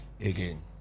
again